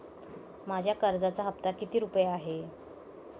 माझ्या कर्जाचा हफ्ता किती रुपये आहे?